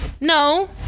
No